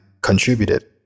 contributed